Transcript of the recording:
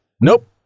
Nope